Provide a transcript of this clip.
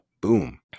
boom